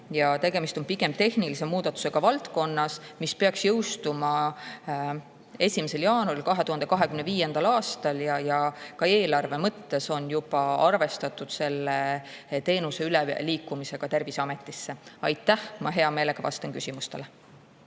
Tegemist on pigem tehnilise muudatusega seal valdkonnas, mis peaks jõustuma 1. jaanuaril 2025. aastal. Ka eelarve mõttes on juba arvestatud selle teenuse üleliikumisega Terviseametisse. Aitäh! Ma hea meelega vastan küsimustele.